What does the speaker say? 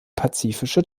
pazifische